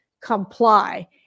comply